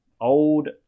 old